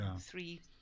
three